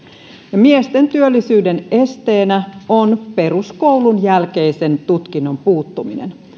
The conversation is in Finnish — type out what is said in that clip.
ja miesten työllisyyden esteenä on peruskoulun jälkeisen tutkinnon puuttuminen